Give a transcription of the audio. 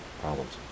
problems